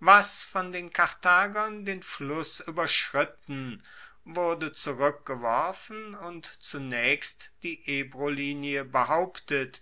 was von den karthagern den fluss ueberschritten wurde zurueckgeworfen und zunaechst die ebrolinie behauptet